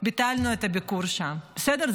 ביטלנו את הביקור שם, בסדר?